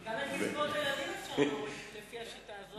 גם את קצבאות הילדים אפשר להוריד לפי השיטה הזאת.